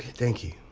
thank you.